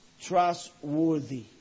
trustworthy